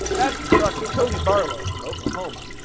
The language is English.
that's the truck of cody barlow from oklahoma,